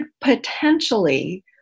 potentially